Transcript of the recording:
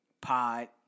pod